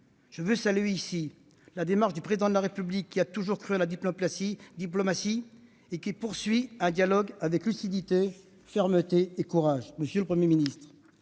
Je veux saluer ici la démarche du Président de la République, qui a toujours cru à la diplomatie et qui poursuit un dialogue avec lucidité, fermeté et courage. Monsieur le Premier ministre,